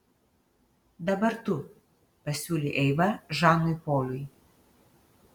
dabar tu pasiūlė eiva žanui poliui